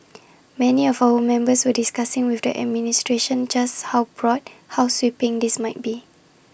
many of our members were discussing with the administration just how broad how sweeping this might be